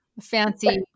fancy